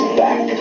back